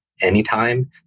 anytime